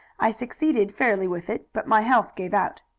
i succeeded fairly with it, but my health gave out.